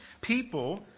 people